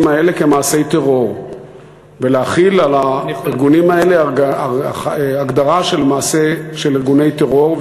האלה מעשי טרור ולהחיל על הארגונים האלה הגדרה של ארגוני טרור,